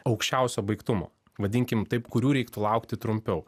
aukščiausio baigtumo vadinkim taip kurių reiktų laukti trumpiau